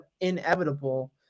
inevitable